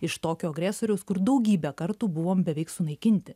iš tokio agresoriaus kur daugybę kartų buvom beveik sunaikinti